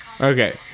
Okay